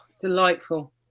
delightful